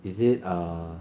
is it err